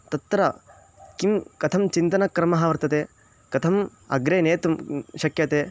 तत्र किं कथं चिन्तनक्रमः वर्तते कथम् अग्रे नेतुं शक्यते